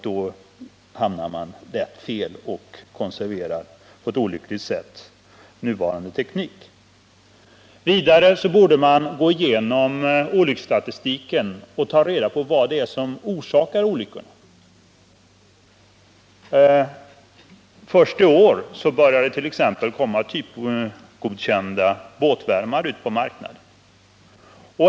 Därigenom konserverar man på ett olyckligt sätt nuvarande teknik. Vidare borde man gå igenom olycksstatistiken och ta reda på vad det är som orsakar olyckorna. Först i år börjar det komma ut typgodkända båtvärmare på marknaden.